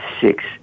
six